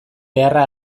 beharra